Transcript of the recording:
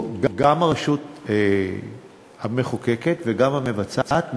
גם הרשות המחוקקת וגם המבצעת,